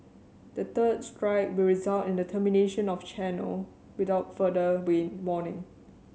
the third strike will result in the termination of the channel without further warning